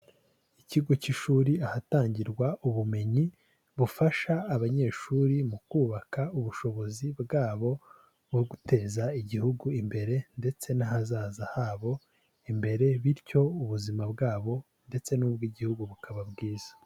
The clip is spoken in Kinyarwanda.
Ikigo cy'ishuri ahatangirwa ubumenyi bufasha abanyeshuri mu kubaka ubushobozi bwabo nko guteza igihugu imbere ndetse n'ahazaza habo imbere bityo ubuzima bwabo ndetse n'ubw'Igihugu bukaba bwiza.